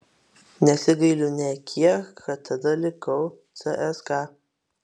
nesigailiu nė kiek kad tada likau cska